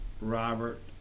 Robert